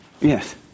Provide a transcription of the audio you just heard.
Yes